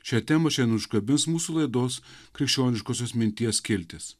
šią temą šiandien užkabins mūsų laidos krikščioniškosios minties skiltis